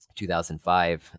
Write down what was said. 2005